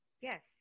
Yes